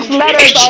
letters